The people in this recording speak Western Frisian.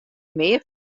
mear